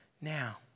now